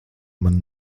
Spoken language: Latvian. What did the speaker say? man